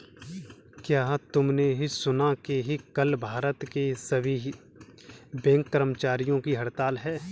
क्या तुमने सुना कि कल भारत के सभी बैंक कर्मचारियों की हड़ताल है?